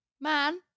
Man